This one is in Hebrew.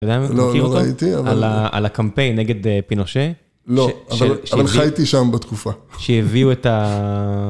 על הקמפיין נגד פינושה. לא, אבל חייתי שם בתקופה. שהביאו את ה...